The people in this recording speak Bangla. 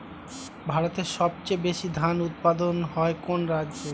ভারতের সবচেয়ে বেশী ধান উৎপাদন হয় কোন রাজ্যে?